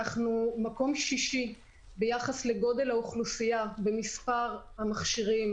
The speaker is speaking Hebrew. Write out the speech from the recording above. ישראל היא במקום השישי ביחס לגודל האוכלוסייה ומספר המכשירים